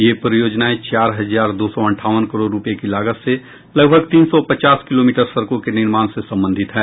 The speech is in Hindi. ये परियोजनाएं चार हजार दो सौ अंठावन करोड़ रुपये की लागत से लगभग तीन सौ पचास किलोमीटर सडकों के निर्माण से संबंधित हैं